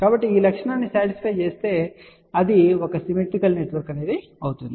కాబట్టి ఈ లక్షణాన్ని సాటిస్పై చేస్తే అది ఒక సిమెట్రికల్ నెట్వర్క్ అవుతుంది